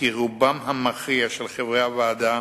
וכי רובם המכריע של חברי הוועדה